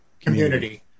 Community